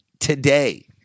Today